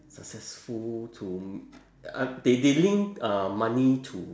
successful to m~ uh they they link uh money to